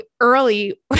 early